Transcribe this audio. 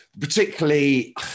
particularly